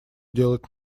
делать